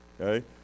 okay